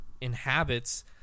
inhabits